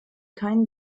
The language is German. keinen